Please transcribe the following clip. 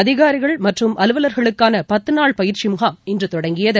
அதிகாரிகள் மற்றும் அலுவலர்களுக்கானபத்துநாள் பயிற்சிமுகாம் இன்றுதொடங்கியது